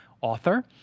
author